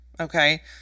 okay